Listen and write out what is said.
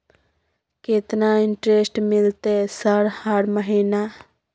केतना इंटेरेस्ट मिलते सर हर महीना?